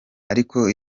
ariko